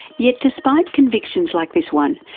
yet despite convictions like this one,